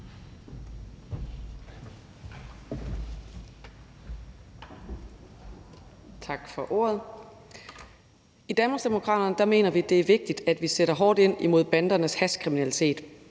Tak for ordet. I Danmarksdemokraterne mener vi, det er vigtigt, at vi sætter hårdt ind over for bandernes hashkriminalitet,